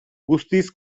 guztiz